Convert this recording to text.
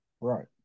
Right